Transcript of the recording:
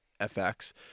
FX